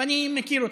ואני מכיר אותך,